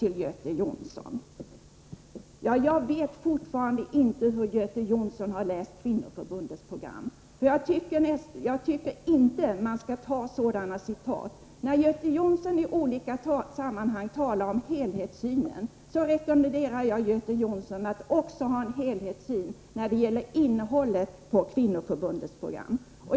Till Göte Jonsson vill jag säga att jag fortfarande inte vet hur Göte Jonsson harläst Kvinnoförbundets program. Jag tycker inte att man skall citera på det sätt som han gör. Jag vill rekommendera Göte Jonsson, som i olika sammanhang talar om en helhetssyn, att anlägga en helhetssyn också på innehållet i Kvinnoförbundets program.